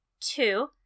two